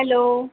hello